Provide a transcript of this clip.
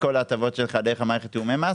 כל ההטבות שלך דרך מערכת תיאומי המס,